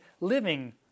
living